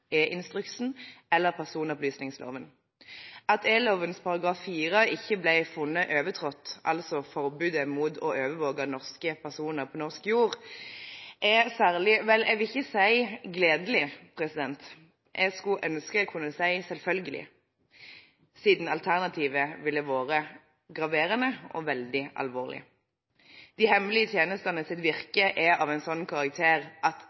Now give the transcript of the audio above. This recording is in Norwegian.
eller personopplysningsloven. At E-loven § 4 ikke ble funnet overtrådt, altså forbudet mot å overvåke norske personer på norsk jord, er særlig – vel, jeg vil ikke si «gledelig», jeg skulle ønske jeg kunne si «selvfølgelig», siden alternativet ville vært graverende og veldig alvorlig. De hemmelige tjenestenes virke er av en slik karakter at